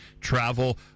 travel